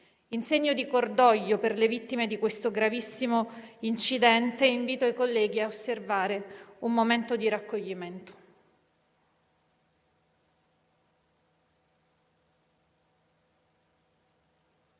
In segno di cordoglio per le vittime di questo gravissimo incidente, invito i colleghi a osservare un momento di raccoglimento.